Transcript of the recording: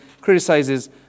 criticizes